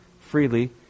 freely